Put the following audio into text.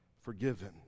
forgiven